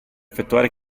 effettuare